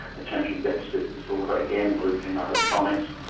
attention deficit disorder, again looting electronics.